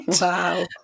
Wow